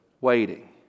waiting